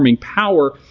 power